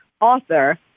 Author